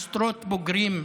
עשרות בוגרים,